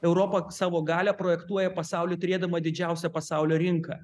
europa savo galią projektuoja pasauly turėdama didžiausią pasaulio rinką